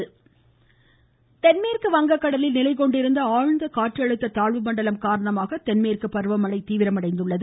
மழை தென்மேற்கு வங்க கடலில் நிலைகொண்டிருந்த ஆழ்ந்த காற்றழுத்த தாழ்வு மண்டலம் காரணமாக தென்மேற்கு பருவமழை தீவிரமடைந்துள்ளது